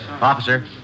Officer